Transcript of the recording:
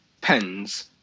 pens